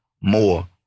more